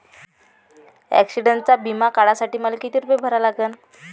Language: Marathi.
ॲक्सिडंटचा बिमा काढा साठी मले किती रूपे भरा लागन?